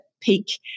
peak